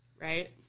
right